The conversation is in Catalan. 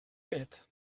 pet